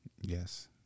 Yes